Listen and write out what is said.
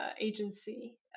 agency